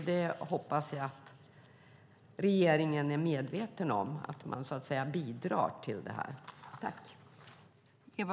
Jag hoppas att regeringen är medveten om att man bidrar till detta.